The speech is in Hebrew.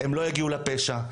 הם לא יגיעו לפשע,